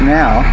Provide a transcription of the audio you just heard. now